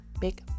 big